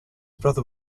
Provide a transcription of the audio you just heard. brother